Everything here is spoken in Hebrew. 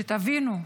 שתבינו,